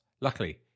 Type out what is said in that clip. Luckily